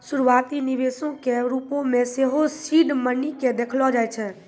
शुरुआती निवेशो के रुपो मे सेहो सीड मनी के देखलो जाय छै